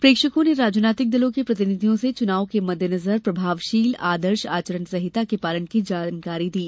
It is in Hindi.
प्रेक्षकों ने राजनैतिक दलों के प्रतिनिधियों से चुनाव के मद्देनजर प्रभावशील आदर्श आचरण संहिता के पालन की जानकारी दी